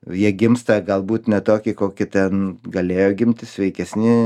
jie gimsta galbūt ne toki koki ten galėjo gimti sveikesni